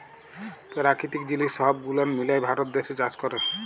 পেরাকিতিক জিলিস সহব গুলান মিলায় ভারত দ্যাশে চাষ ক্যরে